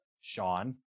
Sean